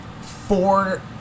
four